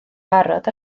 barod